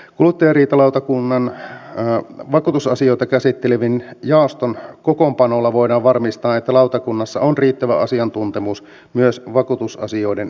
kuluttajariitalautakunnan vakuutusasioita käsittelevän jaoston kokoonpanolla voidaan varmistaa että lautakunnassa on riittävä asiantuntemus myös vakuutusasioiden käsittelemiseen